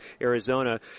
Arizona